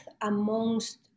amongst